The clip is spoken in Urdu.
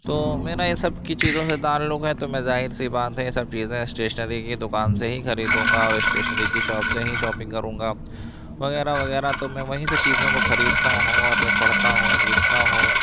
تو میرا یہ سب کی چیزوں سے تعلق ہے تو میں ظاہر سی بات ہے یہ سب چیزیں اسٹیشنری کی دوکان سے ہی خریدوں گا اور اسٹیشنری کی شاپ سے ہی شاپنگ کروں گا وغیرہ وغیرہ تو میں وہیں سے چیزوں کو خریدتا ہوں اور پڑھتا ہوں لکھتا ہوں